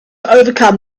overcome